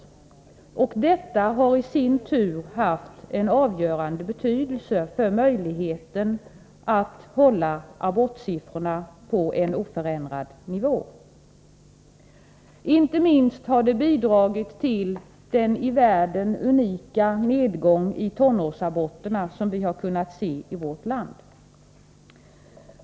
Detta har i sin tur haft en avgörande betydelse för möjligheten att hålla abortsiffrorna på en oförändrad nivå. Inte minst har det bidragit till den i världen unika nedgång i antalet tonårsaborter som vi har kunnat se i vårt land.